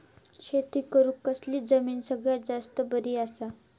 शेती करुक कसली जमीन सगळ्यात जास्त बरी असता?